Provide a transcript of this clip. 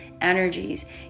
energies